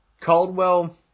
Caldwell